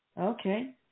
Okay